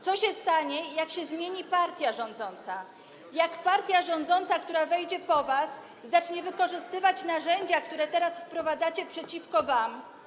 Co się stanie, jak się zmieni partia rządząca, jak partia rządząca, która wejdzie po was, zacznie wykorzystywać narzędzia, które teraz wprowadzacie, przeciwko wam?